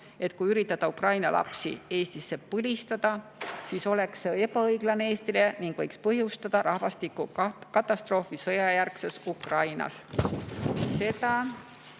et kui üritada Ukraina lapsi Eestisse põlistada, siis oleks see ebaõiglane Eestile ning võiks põhjustada rahvastikukatastroofi sõjajärgses Ukrainas. Seda